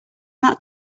that